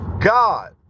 God